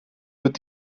wird